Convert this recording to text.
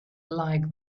like